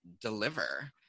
Deliver